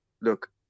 Look